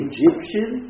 Egyptian